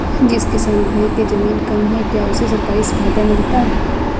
जिस किसान भाई के ज़मीन कम है क्या उसे सरकारी फायदा मिलता है?